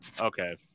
Okay